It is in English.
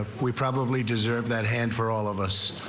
ah we probably deserve that hand for all of us.